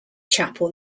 chapel